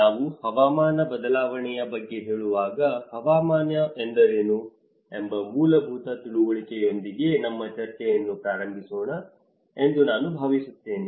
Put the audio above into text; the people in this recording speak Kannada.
ನಾವು ಹವಾಮಾನ ಬದಲಾವಣೆಯ ಬಗ್ಗೆ ಹೇಳುವಾಗ ಹವಾಮಾನ ಎಂದರೇನು ಎಂಬ ಮೂಲಭೂತ ತಿಳುವಳಿಕೆಯೊಂದಿಗೆ ನಮ್ಮ ಚರ್ಚೆಯನ್ನು ಪ್ರಾರಂಭಿಸೋಣ ಎಂದು ನಾನು ಭಾವಿಸುತ್ತೇನೆ